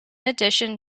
addition